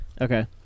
Okay